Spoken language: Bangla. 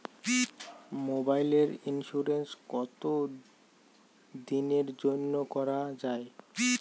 মোবাইলের ইন্সুরেন্স কতো দিনের জন্যে করা য়ায়?